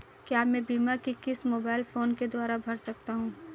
क्या मैं बीमा की किश्त मोबाइल फोन के द्वारा भर सकता हूं?